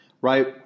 right